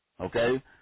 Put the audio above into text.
okay